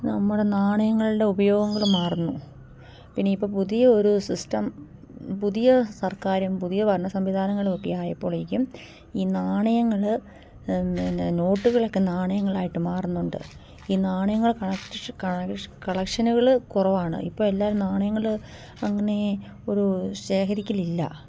നമ്മുടെ നാണയങ്ങളുടെ ഉപയോഗങ്ങൾ മാറുന്നു പിന്നെ ഇപ്പം പുതിയ ഒരു സിസ്റ്റം പുതിയ സർക്കാരും പുതിയ ഭരണ സംവിധാനങ്ങളുമൊക്കെ ആയപ്പോഴേക്കും ഈ നാണയങ്ങൾ പിന്നെ നോട്ടുകളൊക്കെ നാണയങ്ങളായിട്ട് മാറുന്നുണ്ട് ഈ നാണയങ്ങൾ കളഷ് കളേഷ് കളക്ഷനുകൾ കുറവാണ് ഇപ്പം എല്ലാവരും നാണയങ്ങൾ അങ്ങനെ ഒരു ശേഖരിക്കലില്ല